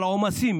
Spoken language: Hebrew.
בעומסים,